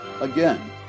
Again